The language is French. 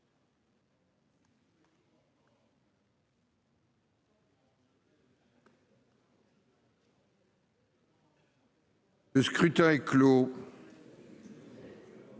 Le scrutin est clos.